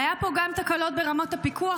היו פה גם תקלות ברמות הפיקוח,